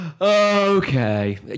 okay